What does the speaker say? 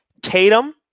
Tatum